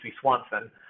Swanson